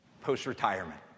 post-retirement